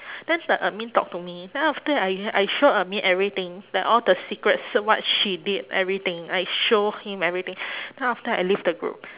then the admin talk to me then after that I I show admin everything like all the secrets what she did everything I show him everything then after that I leave the group